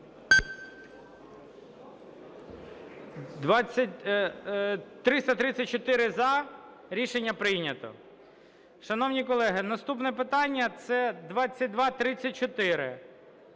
За-334 Рішення прийнято. Шановні колеги, наступне питання – це 2234,